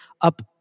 up